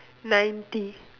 ninety